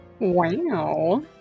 wow